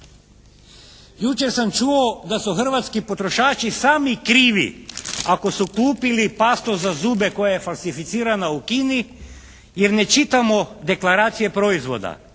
Jučer sam čuo da su hrvatski potrošači sami krivi ako su kupili pastu za zube koja je falsificirana u Kini jer ne čitamo deklaracije proizvoda